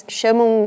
chamam